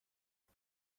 نمی